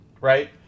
Right